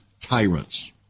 tyrants